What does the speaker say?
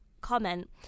comment